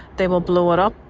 they will blow it up.